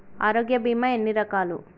ఆరోగ్య బీమా ఎన్ని రకాలు?